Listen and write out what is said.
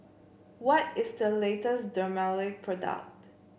what is the latest Dermale product